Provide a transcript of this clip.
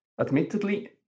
Admittedly